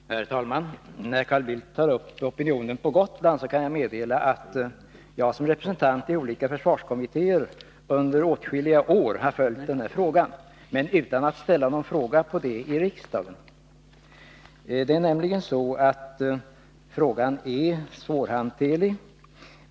Herr talman! När Carl Bildt tar upp opinionen på Gotland kan jag meddela att jag som representant i olika försvarskommittéer under åtskilliga år har följt detta, men utan att ställa någon fråga om saken här i riksdagen. Det är nämligen så att frågan är svårhanterlig.